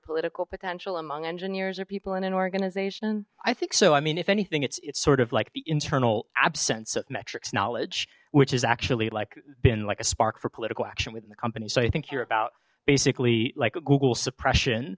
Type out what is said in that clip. political potential among engineers or people in an organization i think so i mean if anything it's it's sort of like the internal absence of metrics knowledge which is actually like been like a spark for political action within the company so you think here about basically like a google suppression